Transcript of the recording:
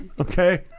Okay